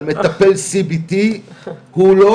עם מטפל CBD הוא לא